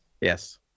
Yes